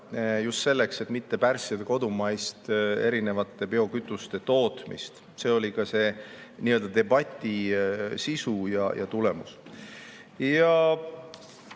just selleks, et mitte pärssida kodumaist erinevate biokütuste tootmist. See oli ka debati sisu ja tulemus.